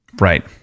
Right